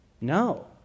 No